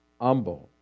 humble